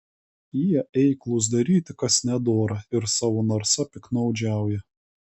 jie eiklūs daryti kas nedora ir savo narsa piktnaudžiauja